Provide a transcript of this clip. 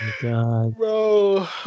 Bro